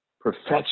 perfection